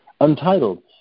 Untitled